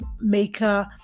maker